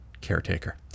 caretaker